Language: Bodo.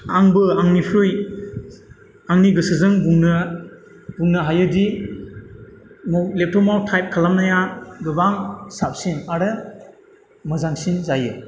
आंबो आंनिख्रुइ आंनि गोसोजों बुंनो हायोदि लेबटपआव टाइप खालामनाया गोबां साबसिन आरो मोजांसिन जायो